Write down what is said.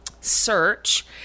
search